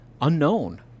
unknown